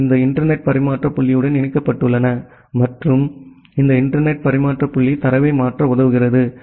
அவை இந்த இன்டர்நெட் பரிமாற்ற புள்ளியுடன் இணைக்கப்பட்டுள்ளன மற்றும் இந்த இன்டர்நெட் பரிமாற்ற புள்ளி தரவை மாற்ற உதவுகிறது